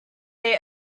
they